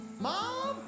Mom